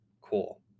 Cool